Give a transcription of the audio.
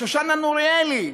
שושנה נוריאלי,